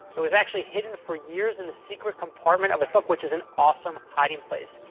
it was actually hidden for years in the secret compartment of his book, which is an awesome hiding place.